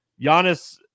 Giannis